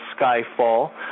skyfall